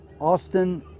Austin